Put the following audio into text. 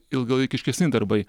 ilgalaikiškesni darbai